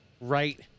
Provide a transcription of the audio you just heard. Right